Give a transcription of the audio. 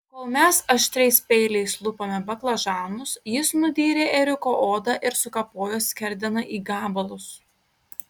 kol mes aštriais peiliais lupome baklažanus jis nudyrė ėriuko odą ir sukapojo skerdeną į gabalus